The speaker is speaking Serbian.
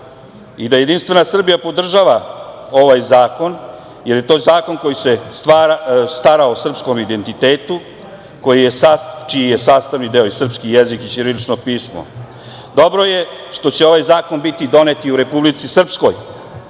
da je dobro i da JS podržava ovaj zakon, jer je ovo zakon koji se stara o srpskom identitetu čiji je sastavni deo i srpski jezik i ćirilično pismo. Dobro je što će ovaj zakon biti donet i u Republici Srpskoj